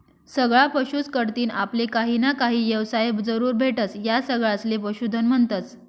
सगळा पशुस कढतीन आपले काहीना काही येवसाय जरूर भेटस, या सगळासले पशुधन म्हन्तस